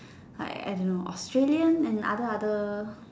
like I don't know Australian and other other